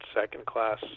second-class